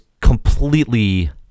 completely